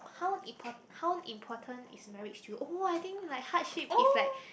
how impor~ how important is marriage to you oh I think like heart shape is like